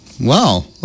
Wow